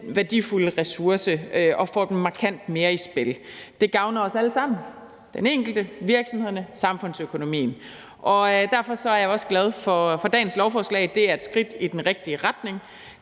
værdifulde ressource og får den markant mere i spil. Det gavner os alle sammen – den enkelte, virksomhederne og samfundsøkonomien. Derfor er jeg også glad for dagens lovforslag. Det er et skridt i den rigtige retning.